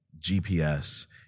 GPS